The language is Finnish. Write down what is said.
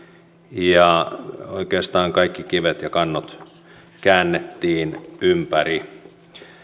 ja oikeastaan kaikki kivet ja kannot käännettiin ympäri